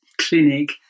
clinic